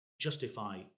justify